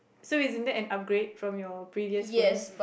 so isn't that an upgrade from your previous phone